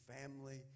family